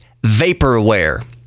vaporware